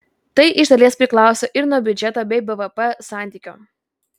tai iš dalies priklauso ir nuo biudžeto bei bvp santykio